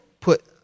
put